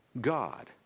God